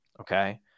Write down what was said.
Okay